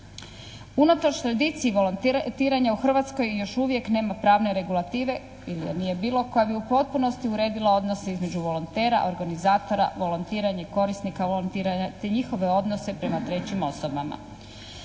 Unatoč tradiciji volontiranja u Hrvatskoj još uvijek nema pravne regulative ili je nije bilo koja bi u potpunosti uredila odnose između volontera, organizatora volontiranja, korisnika volontiranja te njihove odnose prema trećim osobama.